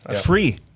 free